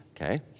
Okay